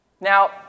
Now